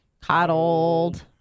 coddled